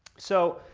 so,